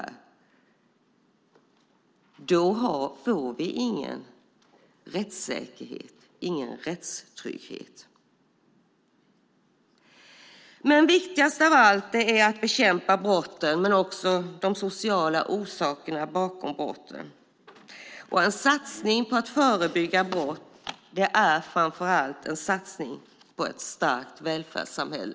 Utan denna helhetssyn får vi ingen rättssäkerhet och rättstrygghet. Det är viktigt att bekämpa brott men också de sociala orsakerna bakom brotten. En satsning på att förebygga brott är framför allt en satsning på ett starkt välfärdssamhälle.